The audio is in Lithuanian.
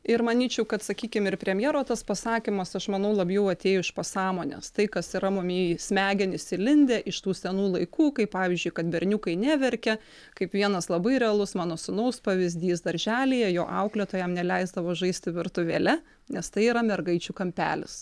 ir manyčiau kad sakykim ir premjero tas pasakymas aš manau labiau atėjo iš pasąmonės tai kas yra mum į smegenis įlindę iš tų senų laikų kai pavyzdžiui kad berniukai neverkia kaip vienas labai realus mano sūnaus pavyzdys darželyje jo auklėtojam neleisdavo žaisti virtuvėle nes tai yra mergaičių kampelis